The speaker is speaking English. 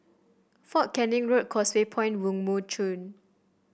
Fort Canning Road Causeway Point Woo Mon Chew